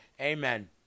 amen